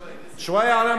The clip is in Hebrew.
שוואיה עלא מהלכּ.